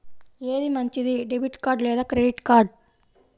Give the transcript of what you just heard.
ఏది మంచిది, debit card లేదా క్రెడిట్ కార్డ్?